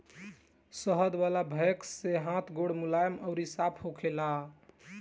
शहद वाला वैक्स से हाथ गोड़ मुलायम अउरी साफ़ होखेला